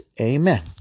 Amen